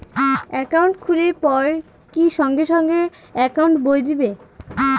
Account খুলির পর কি সঙ্গে সঙ্গে একাউন্ট বই দিবে?